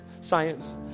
science